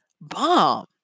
bomb